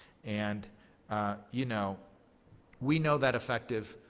and you know we know that effective